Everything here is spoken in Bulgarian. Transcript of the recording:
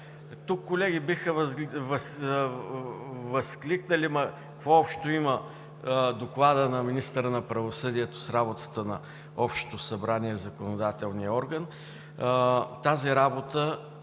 Тук колеги биха възкликнали: „Какво общо има Докладът на министъра на правосъдието с работата на Народното събрание – законодателния орган?“ Функциите